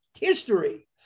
History